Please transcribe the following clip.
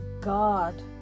God